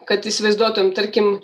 kad įsivaizduotum tarkim